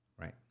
right